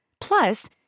Plus